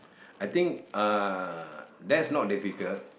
I think uh that's not difficult